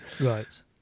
Right